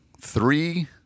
three